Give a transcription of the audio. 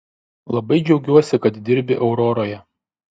labai džiaugiuosi kad dirbi auroroje